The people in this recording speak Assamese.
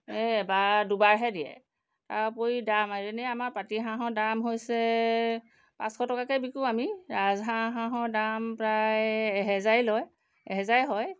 এই এবাৰ দুবাৰহে দিয়ে তাৰ উপৰি দাম এজনী আমাৰ পাতি হাঁহৰ দাম হৈছে পাঁচশ টকাকৈ বিকো আমি ৰাজহাঁহৰ দাম প্ৰায় এহেজাৰেই লয় এহেজাৰেই হয়